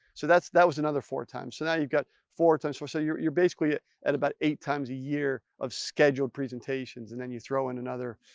so that's, that was another four times. so now, you've got four times, so you're you're basically at at about eight times a year of scheduled presentations and then you throw in another,